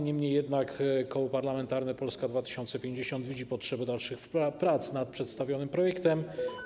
Niemniej jednak Koło Parlamentarne Polska 2050 widzi potrzebę dalszych prac nad przedstawionym projektem.